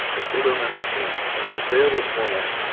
i still don't understand. under the bail reform act,